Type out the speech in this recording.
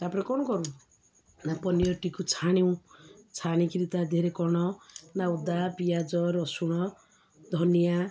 ତାପରେ କ'ଣ କରୁ ନା ପନିର୍ଟିକୁ ଛାଣୁ ଛାଣିକିରି ତା ଦିହେରେ କ'ଣ ନା ଅଦା ପିଆଜ ରସୁଣ ଧନିଆ